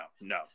no